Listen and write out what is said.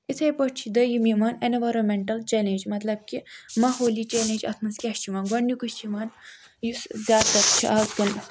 یِتھٕے پٲٹھۍ چھ دوٚیِم یِمَن ایٚنوارانمٮ۪نٹَل چیٚلینٛج مَطلَب کہِ ماحولی چیٚلینٛج اَتھ مَنٛز کیٛاہ چھُ یِوان گۄڈنِکُے چھُ یِوان یُس زیاد تَر چھ اَزکَل